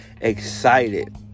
excited